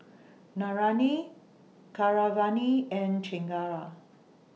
Naraina Keeravani and Chengara